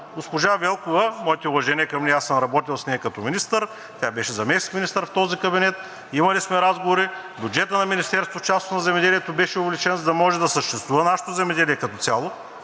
Госпожа Велкова, моите уважения към нея, аз съм работил с нея като министър, тя беше заместник-министър в този кабинет, имали сме разговори. Бюджетът на Министерството, в частност на земеделието, беше увеличен, за да може да съществува нашето земеделие като цяло.